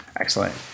Excellent